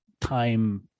time